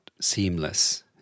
seamless